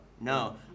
No